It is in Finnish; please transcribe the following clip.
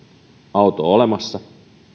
auto olemassa